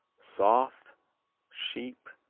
soft sheep